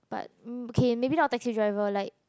but mm K maybe not taxi driver like